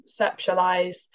conceptualize